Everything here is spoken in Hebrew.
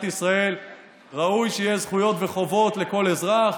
ישראל ראוי שיהיו זכויות וחובות לכל אזרח,